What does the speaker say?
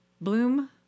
bloom